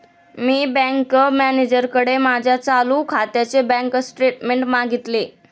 मी bank मॅनेजरकडे माझ्या चालू खात्याचे बँक स्टेटमेंट्स मागितले